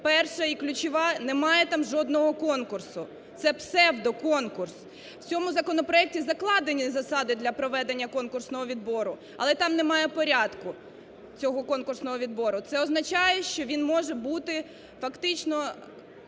Перша і ключова – немає там жодного конкурсу, це псевдоконкурс, в цьому законопроекті закладені засади для проведення конкурсного відбору, але там немає порядку цього конкурсного відбору, це означає, що він може бути фактично